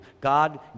God